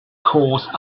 caused